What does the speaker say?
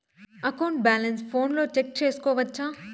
account balance ఫోనులో check సేసుకోవచ్చా